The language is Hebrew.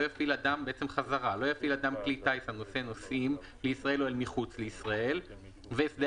לא הפעיל אדם כלי טיס הנושא נוסעים לישראל או למחוץ לישראל ושדה